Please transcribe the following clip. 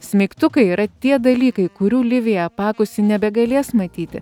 smeigtukai yra tie dalykai kurių livija apakusi nebegalės matyti